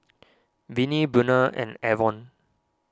Vinie Buena and Avon